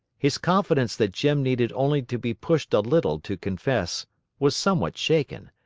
his confidence that jim needed only to be pushed a little to confess was somewhat shaken,